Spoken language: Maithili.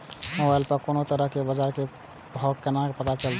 मोबाइल पर कोनो तरह के बाजार के भाव केना पता चलते?